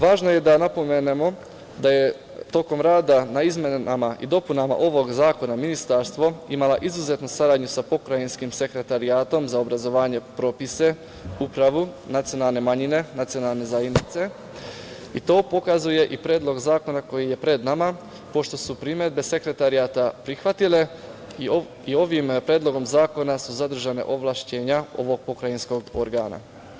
Važno je da napomenemo da je tokom rada na izmenama i dopunama ovog zakona, ministarstvo imalo izuzetnu saradnju sa Pokrajinskim sekretarijatom za obrazovanje, propise, upravu, nacionalne manjine, nacionalne zajednice i to pokazuje Predlog zakona koji je pred nama, pošto su primedbe Sekretarijata prihvatile i ovim Predlogom zakona su zadržana ovlašćenja ovog pokrajinskog organa.